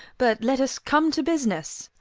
but let us come to business.